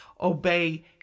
obey